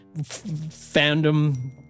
fandom